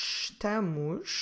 estamos